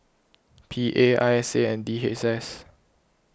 P A I S A and D H S